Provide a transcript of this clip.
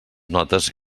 notes